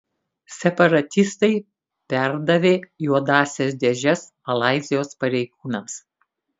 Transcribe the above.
separatistai perdavė juodąsias dėžes malaizijos pareigūnams